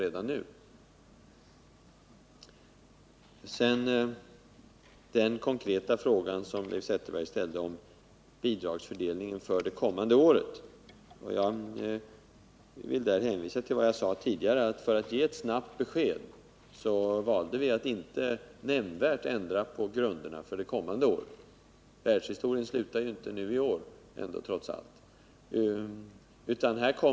Med anledning av den konkreta fråga som Leif Zetterberg ställde om Nr 51 bidragsgivningen det kommande året vill jag hänvisa till vad jag tidigare sade, nämligen att vi för att ge ett snabbt besked valde att inte nämnvärt ändra på grunderna för denna för det kommande året. Världshistorien slutar trots allt inte i år.